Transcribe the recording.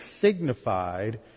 signified